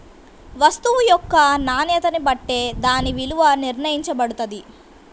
వస్తువు యొక్క నాణ్యతని బట్టే దాని విలువ నిర్ణయించబడతది